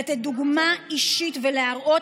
לתת דוגמה אישית ולהראות,